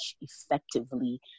effectively